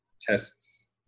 tests